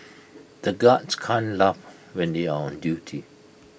the guards can't laugh when they are on duty